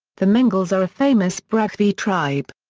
the mengals are a famous brahvi tribe.